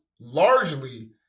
largely